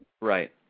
right